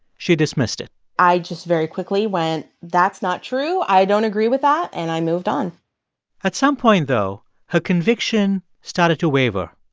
she dismissed it i just very quickly went, that's not true. i don't agree with that. and i moved on at some point, though, her conviction started to waver.